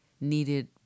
needed